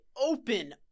open